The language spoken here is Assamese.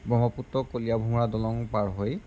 ব্ৰহ্মপুত্ৰ কলিয়াভোমোৰা দলং পাৰ হৈ